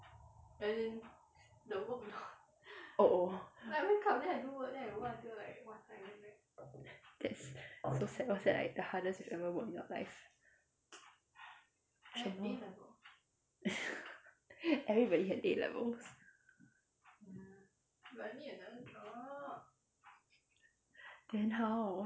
oh oh that's so sad was that like the hardest you ever work in your life everybody had A-levels then how